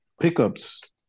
Pickups